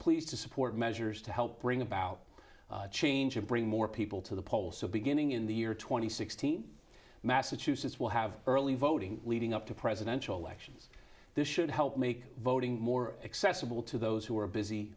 pleased to support measures to help bring about change and bring more people to the poll so beginning in the year two thousand and sixteen massachusetts will have early voting leading up to presidential elections this should help make voting more accessible to those who are busy